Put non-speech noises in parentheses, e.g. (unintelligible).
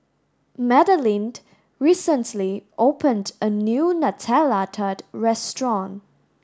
Madeleine (unintelligible) recently opened a new Nutella Tart restaurant